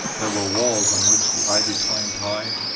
there were walls on which the ivy climbed high,